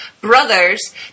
brothers